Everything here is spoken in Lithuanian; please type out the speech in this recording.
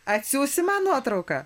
atsiųsi man nuotrauką